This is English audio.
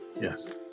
Yes